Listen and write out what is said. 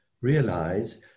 realize